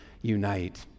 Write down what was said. unite